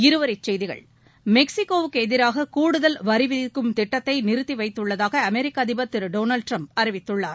இருவரிச்செய்திகள் மெக்ஸிகோவுக்குஎதிராககூடுதல் வரிவிதிக்கும் திட்டத்தைநிறுத்திவைத்துள்ளதாகஅமெரிக்கஅதிபர் திருடொனால்ட் ட்ரம்ப் அறிவித்துள்ளார்